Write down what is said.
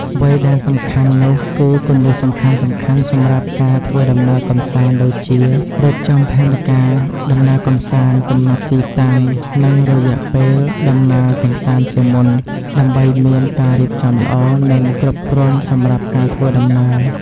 ត្រួតពិនិត្យឯកសារសំខាន់ៗ ដូចជា លិខិតឆ្លងដែន ប័ណ្ណសម្គាល់អត្តសញ្ញាណ និងសំបុត្រយន្តហោះ ឬសំបុត្រចូលកន្លែងទេសចរណ៍សម្រាប់ភ្ញៀវទេសចរណ៍ បរទេស។